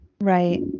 Right